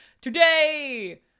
Today